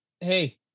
Hey